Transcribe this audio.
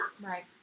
Right